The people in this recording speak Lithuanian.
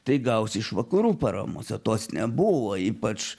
tai gaus iš vakarų paramos o tos nebuvo ypač